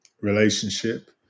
relationship